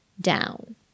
down